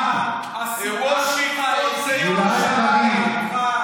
הרי בוועידה בפיטסבורג,